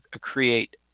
create